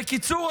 בקיצור,